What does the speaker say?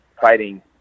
fighting